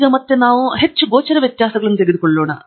ಈಗ ಮತ್ತೆ ನಾವು ಹೆಚ್ಚು ಗೋಚರ ವ್ಯತ್ಯಾಸಗಳನ್ನು ತೆಗೆದುಕೊಳ್ಳೋಣ